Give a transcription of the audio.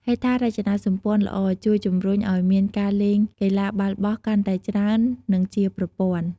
ហេដ្ឋារចនាសម្ព័ន្ធល្អជួយជំរុញឱ្យមានការលេងកីឡាបាល់បោះកាន់តែច្រើន និងជាប្រព័ន្ធ។